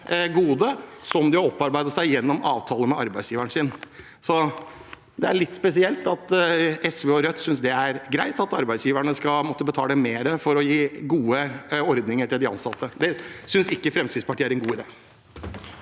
gode de har opparbeidet seg gjennom avtaler med arbeidsgiveren sin. Det er litt spesielt at SV og Rødt synes det er greit at arbeidsgiverne skal måtte betale mer for å gi gode ordninger til de ansatte. Det synes ikke Fremskrittspartiet er en god idé.